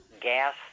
gas